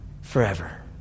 forever